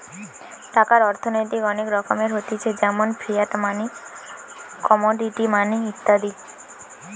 টাকার অর্থনৈতিক অনেক রকমের হতিছে যেমন ফিয়াট মানি, কমোডিটি মানি ইত্যাদি